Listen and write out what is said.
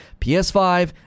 PS5